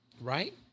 Right